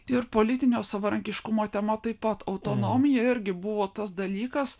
ir politinio savarankiškumo tema taip pat autonomija irgi buvo tas dalykas